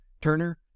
Turner